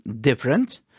different